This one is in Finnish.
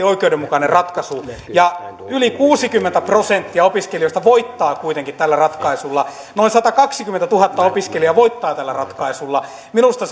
oikeudenmukainen ratkaisu yli kuusikymmentä prosenttia opiskelijoista kuitenkin voittaa tällä ratkaisulla noin satakaksikymmentätuhatta opiskelijaa voittaa tällä ratkaisulla minusta